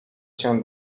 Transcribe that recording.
się